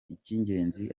icy’ingenzi